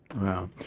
Wow